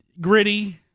Gritty